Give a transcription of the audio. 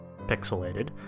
pixelated